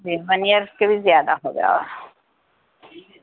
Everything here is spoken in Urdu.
نہیں ون ائیر کے بھی زیادہ ہو گیا